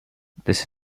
this